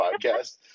podcast